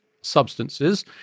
substances